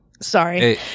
Sorry